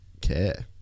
care